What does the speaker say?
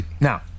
Now